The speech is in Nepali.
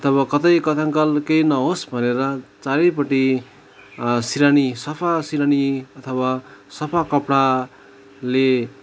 अथवा कतै कथङ्काल केही नहोस् भनेर चारैपट्टि सिरानी सफा सिरानी अथवा सफा कपडाले